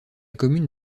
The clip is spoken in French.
commune